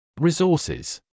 resources